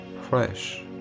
fresh